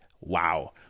wow